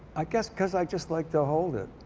i guess because i just like to hold it.